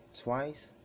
twice